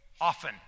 Often